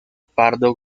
pardo